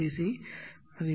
C மதிப்பு